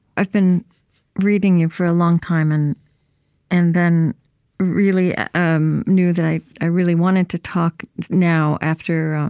i've been reading you for a long time and and then really um knew that i i really wanted to talk now after